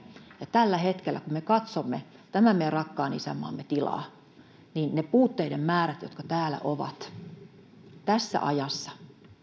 tällä hetkellä kun me katsomme tämän meidän rakkaan isänmaamme tilaa niiden puutteiden määrää jotka täällä ovat tässä ajassa